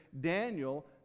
Daniel